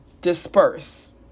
disperse